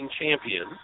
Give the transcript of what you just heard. champion